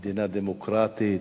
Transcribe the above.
מדינה דמוקרטית,